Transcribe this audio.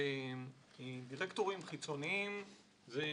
שדירקטורים חיצוניים זו